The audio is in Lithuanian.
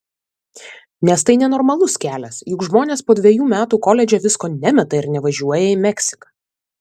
nes tai nenormalus kelias juk žmonės po dvejų metų koledže visko nemeta ir nevažiuoja į meksiką